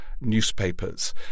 newspapers